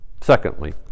secondly